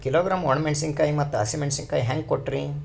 ಒಂದ ಕಿಲೋಗ್ರಾಂ, ಒಣ ಮೇಣಶೀಕಾಯಿ ಮತ್ತ ಹಸಿ ಮೇಣಶೀಕಾಯಿ ಹೆಂಗ ಕೊಟ್ರಿ?